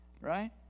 right